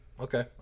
Okay